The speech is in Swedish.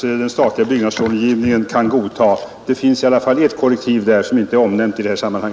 den statliga byggnadslångivningen kan godta? Det finns i varje fall ett korrektiv där som inte är omnämnt i detta sammanhang.